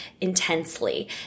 intensely